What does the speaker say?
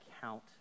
count